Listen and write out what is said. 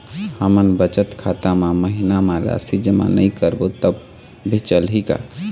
हमन बचत खाता मा महीना मा राशि जमा नई करबो तब भी चलही का?